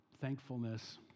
thankfulness